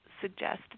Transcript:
suggest